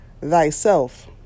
thyself